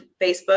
Facebook